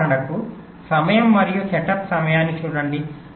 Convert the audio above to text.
ఉదాహరణకు సమయం మరియు సెటప్ సమయాన్ని చూడండి